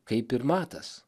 kaip ir matas